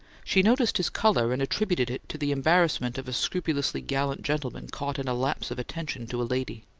she noticed his colour, and attributed it to the embarrassment of a scrupulously gallant gentleman caught in a lapse of attention to a lady.